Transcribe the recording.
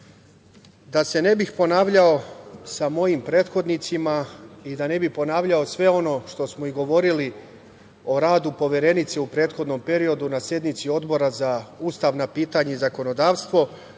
da se ne bih ponavljao sa mojim prethodnicima i da ne bih ponavljao sve ono što smo i govorili o radu Poverenice u prethodnom periodu na sednici Odbora za ustavna pitanja i zakonodavstvo,